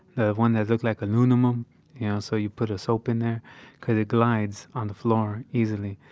the one that looks like aluminum um you know so you put a soap in there because it glides on the floor easily.